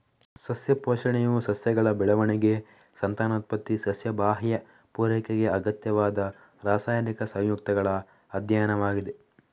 ಸಸ್ಯ ಪೋಷಣೆಯು ಸಸ್ಯಗಳ ಬೆಳವಣಿಗೆ, ಸಂತಾನೋತ್ಪತ್ತಿ, ಸಸ್ಯ ಬಾಹ್ಯ ಪೂರೈಕೆಗೆ ಅಗತ್ಯವಾದ ರಾಸಾಯನಿಕ ಸಂಯುಕ್ತಗಳ ಅಧ್ಯಯನವಾಗಿದೆ